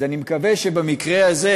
אז אני מקווה שבמקרה הזה,